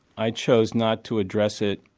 i chose not to address it,